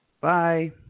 Bye